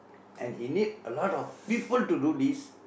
and he need a lot of people to do this